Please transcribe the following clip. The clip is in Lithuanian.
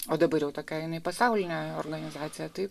o dabar jau tokia jinai pasaulinė organizacija taip